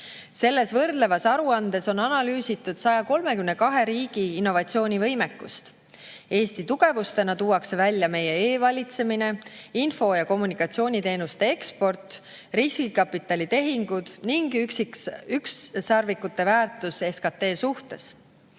Selles võrdlevas aruandes on analüüsitud 132 riigi innovatsioonivõimekust. Eesti tugevusena tuuakse välja meie e-valitsemine, info‑ ja kommunikatsiooniteenuste eksport, riskikapitalitehingud ning ükssarvikute väärtus SKP suhtes.